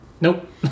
Nope